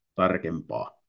tarkempaa